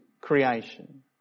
creation